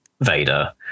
Vader